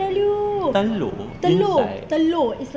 telur you mean like